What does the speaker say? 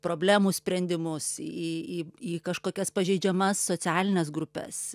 problemų sprendimus į kažkokias pažeidžiamas socialines grupes